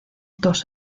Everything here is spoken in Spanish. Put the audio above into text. dos